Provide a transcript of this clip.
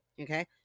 okay